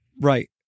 Right